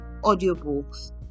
audiobooks